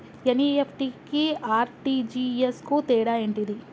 NEFT కి RTGS కు తేడా ఏంటిది?